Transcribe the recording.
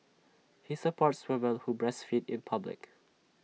he supports women who breastfeed in public